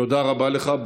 תודה רבה לך.